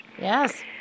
Yes